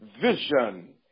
vision